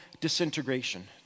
disintegration